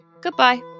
Goodbye